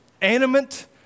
animate